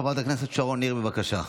חברת הכנסת שרון ניר, בבקשה.